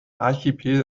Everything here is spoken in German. archipel